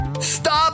Stop